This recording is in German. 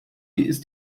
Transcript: ist